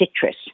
citrus